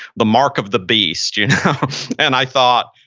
the mark of the beast you know and i thought,